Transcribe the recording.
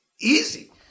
easy